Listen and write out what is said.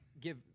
give